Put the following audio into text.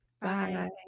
Bye